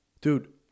Dude